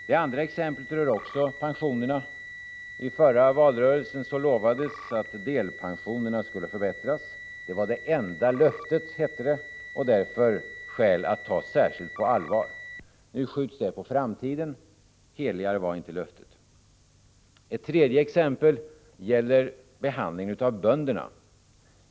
Det andra exemplet rör också pensionerna. I förra årets valrörelse lovades att delpensionerna skulle förbättras. Det var det enda löftet, hette det, och därför var det skäl att ta det på särskilt allvar. Nu skjuts det på framtiden. Heligare var inte det löftet! Det tredje exemplet gäller behandlingen av bönderna.